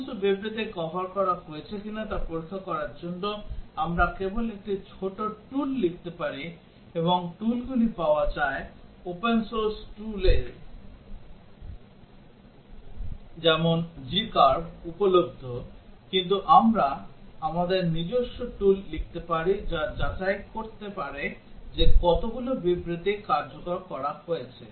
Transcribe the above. সমস্ত বিবৃতি কভার হয়েছে কিনা তা পরীক্ষা করার জন্য আমরা কেবল একটি ছোট tool লিখতে পারি এবং toolগুলি পাওয়া যায় open source tool যেমন g curve উপলব্ধ কিন্তু আমরা আমাদের নিজস্ব tool লিখতে পারি যা যাচাই করতে পারে যে কতগুলো বিবৃতি কার্যকর করা হয়েছে